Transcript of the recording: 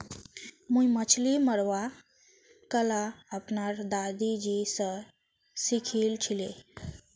मुई मछली मरवार कला अपनार दादाजी स सीखिल छिले